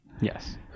Yes